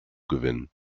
gewinnen